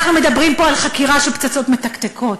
אנחנו מדברים פה על חקירה של פצצות מתקתקות.